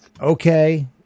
okay